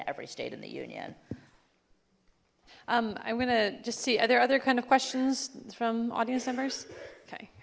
state in the union um i'm gonna just see other other kind of questions from audience members okay